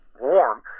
warm